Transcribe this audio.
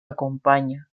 acompaña